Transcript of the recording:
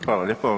Hvala lijepo.